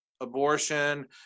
abortion